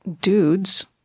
dudes